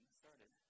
started